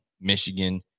Michigan